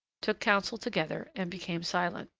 took counsel together, and became silent.